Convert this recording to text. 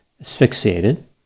asphyxiated